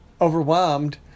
overwhelmed